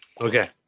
Okay